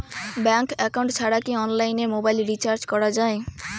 Bank account ছাড়া কি অনলাইনে মোবাইল রিচার্জ করা যায়?